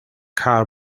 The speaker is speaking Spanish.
karl